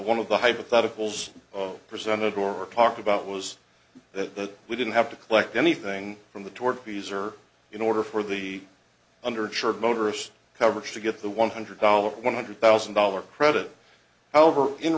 one of the hypotheticals oh presented or talked about was that we didn't have to collect anything from the toward the user in order for the undershirt motorist coverage to get the one hundred dollars one hundred thousand dollars credit however in